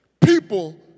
People